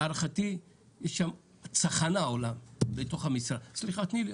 להערכתי צחנה עולה בתוך המשרד.